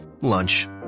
Lunch